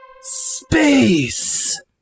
Space